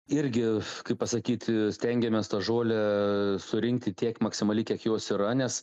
irgi kaip pasakyti stengiamės tą žolę surinkti tiek maksimaliai kiek jos yra nes